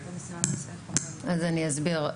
אני אסביר.